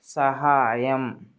సహాయం